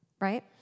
Right